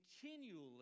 continually